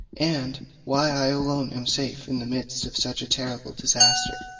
and why i alone am safe in the midst of such a terrible disaster.